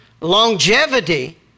Longevity